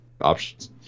options